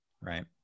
Right